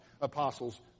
apostles